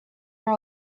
are